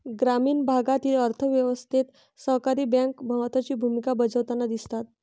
ग्रामीण भागातील अर्थ व्यवस्थेत सहकारी बँका महत्त्वाची भूमिका बजावताना दिसतात